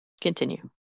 continue